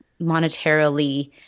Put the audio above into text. monetarily